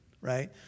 right